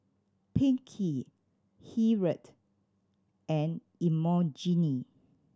Pinkie Hilliard and Imogene